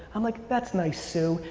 i'm like, that's nice, sue.